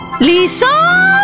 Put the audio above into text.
Lisa